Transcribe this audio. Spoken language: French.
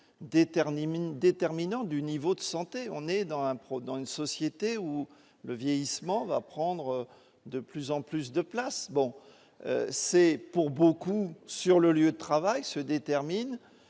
déterminant du niveau de santé, on est dans l'impro, dans une société où le vieillissement va prendre de plus en plus de place, bon c'est pour beaucoup sur le lieu de travail se détermine